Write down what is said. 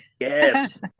Yes